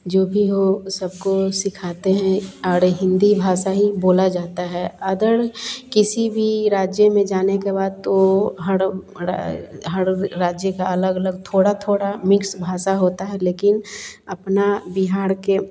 जो भी हो सब को सिखाते हैं और हिंदी भाषा ही बोली जाती है अदर किसी भी राज्य में जाने के बाद तो हर हर राज्य का अलग अलग थोड़ी थोड़ी मिक्स भाषा होती है लेकिन अपने बिहार के